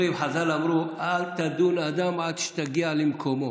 חז"ל אמרו: אל תדון אדם עד שתגיע למקומו.